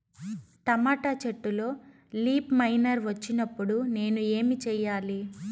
Tomato చెట్టులో leaf miner వచ్చినప్పుడు నేను ఏమి చెయ్యాలి?